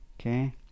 Okay